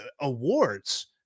awards